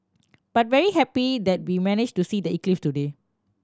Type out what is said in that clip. but very happy that we managed to see the eclipse today